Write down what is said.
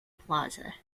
plaza